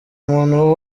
muntu